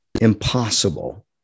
impossible